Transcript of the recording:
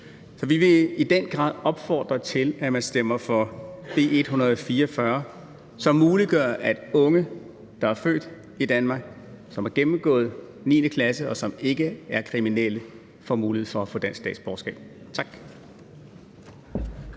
Så vi vil i den grad opfordre til, at man stemmer for B 144, som muliggør, at unge, der er født i Danmark, som har gennemført 9. klasse, og som ikke er kriminelle, får mulighed for at få dansk statsborgerskab. Tak.